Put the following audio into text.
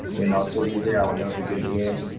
you know to this day i will never forget again,